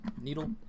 needle